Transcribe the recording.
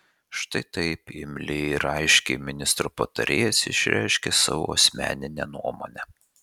štai taip imliai ir aiškiai ministro patarėjas išreiškia savo asmeninę nuomonę